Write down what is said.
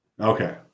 Okay